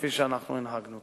כפי שאנחנו הנהגנו.